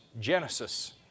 Genesis